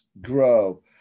grow